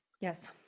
Yes